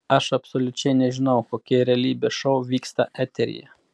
aš absoliučiai nežinau kokie realybės šou vyksta eteryje